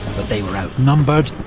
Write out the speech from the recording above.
but they were outnumbered,